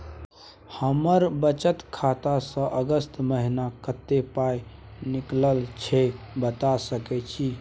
हमर बचत खाता स अगस्त महीना कत्ते पाई निकलल छै बता सके छि?